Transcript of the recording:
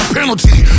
penalty